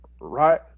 Right